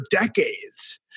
decades